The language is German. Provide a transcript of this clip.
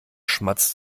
schmatzt